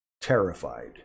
terrified